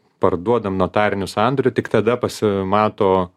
parduodam notariniu sandoriu tik tada pasimato